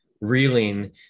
reeling